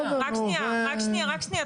רק שנייה, רק שנייה.